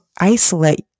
isolate